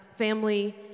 Family